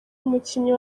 umukinnyi